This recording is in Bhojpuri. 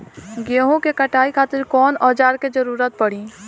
गेहूं के कटाई खातिर कौन औजार के जरूरत परी?